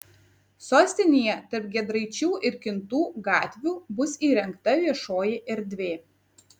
sostinėje tarp giedraičių ir kintų gatvių bus įrengta viešoji erdvė